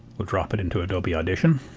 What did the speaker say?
we'll drop it into adobe audition.